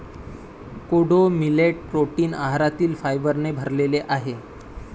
कोडो millet protein आहारातील फायबरने भरलेले आहे